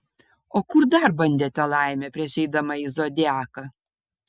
o kur dar bandėte laimę prieš eidama į zodiaką